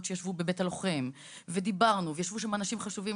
שישבו בבית הלוחם ודיברנו וישבו שם אנשים חשובים,